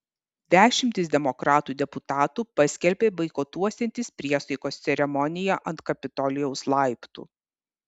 dešimtys demokratų deputatų paskelbė boikotuosiantys priesaikos ceremoniją ant kapitolijaus laiptų